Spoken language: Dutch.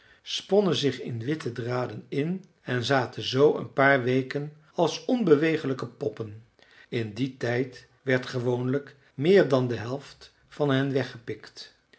sponnen zich in witte draden in en zaten zoo een paar weken als onbewegelijke poppen in dien tijd werd gewoonlijk meer dan de helft van hen weggepikt